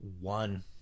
one